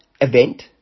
event